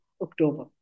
October